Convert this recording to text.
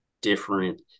different